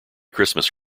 christmas